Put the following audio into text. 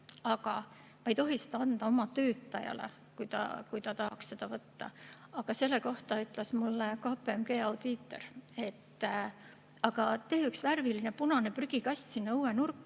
Me ei tohi seda anda oma töötajale, kui ta tahaks seda võtta. Selle kohta ütles mulle KPMG audiitor, et aga tee üks värviline punane prügikast sinna õue nurka